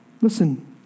Listen